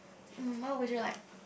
mm what would you like